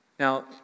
Now